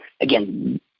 again